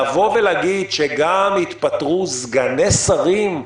לבוא ולהגיד שגם יתפטרו סגני שרים,